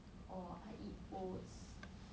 or I eat oats